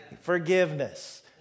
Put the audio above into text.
forgiveness